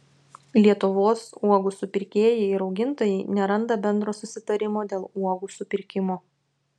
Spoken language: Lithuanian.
lietuvos uogų supirkėjai ir augintojai neranda bendro susitarimo dėl uogų supirkimo